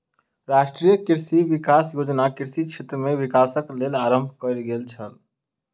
राष्ट्रीय कृषि विकास योजना कृषि क्षेत्र में विकासक लेल आरम्भ कयल गेल छल